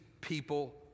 people